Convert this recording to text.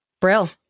Brill